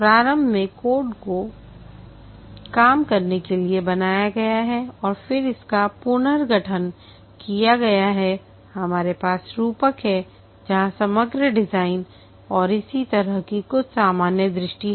प्रारंभ में कोड को काम करने के लिए बनाया गया है और फिर इसका पुनर्गठन किया गया है हमारे पास रूपक है जहां समग्र डिजाइन और इसी तरह की कुछ सामान्य दृष्टि है